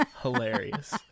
Hilarious